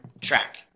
track